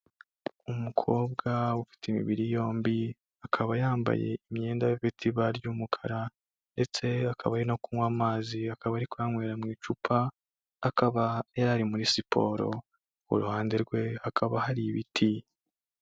Umukobwa ufite imibiri yombi akaba yambaye imyenda ifite ibara ry'umukara ndetse akaba ari no kunywa amazi, akaba ari kuyanywera mu icupa, akaba yari ari muri siporo, ku ruhande rwe hakaba hari ibiti.